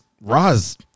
Roz